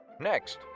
Next